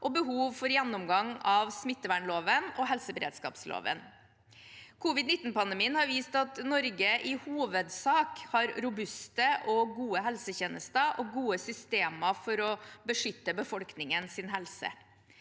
og behov for gjennomgang av smittevernloven og helseberedskapsloven. Covid-19-pandemien har vist at Norge i hovedsak har robuste og gode helsetjenester og gode systemer for å beskytte befolkningens helse.